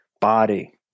body